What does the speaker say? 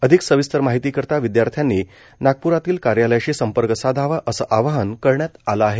अधिक सविस्तर महितीकरिता विद्यार्थ्यानी नागप्रातील कार्यालयाशी संपर्क साधावा असं आवाहन करण्यात आलं आहे